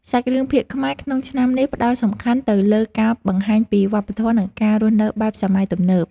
សាច់រឿងភាគខ្មែរក្នុងឆ្នាំនេះផ្តោតសំខាន់ទៅលើការបង្ហាញពីវប្បធម៌ និងការរស់នៅបែបសម័យទំនើប។